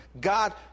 God